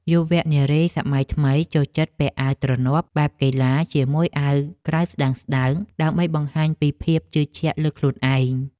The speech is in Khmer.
យុវនារីសម័យថ្មីចូលចិត្តពាក់អាវទ្រនាប់បែបកីឡាជាមួយអាវក្រៅស្តើងៗ ដើម្បីបង្ហាញពីភាពជឿជាក់លើខ្លួនឯង។